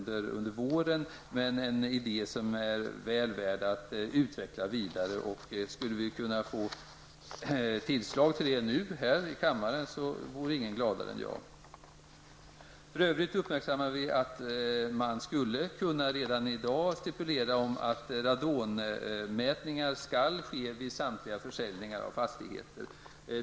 Den har visserligen lagts på riksdagens bord nu under våren, men skulle vi kunna få idén tillstyrkt här i kammaren nu, vore ingen gladare än jag. För övrigt uppmärksammar vi att man redan i dag skulle kunna stipulera att radonmätningar skall ske vid samtliga försäljningar av fastigheter.